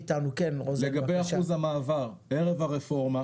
לגבי אחוז המעבר, ערב הרפורמה,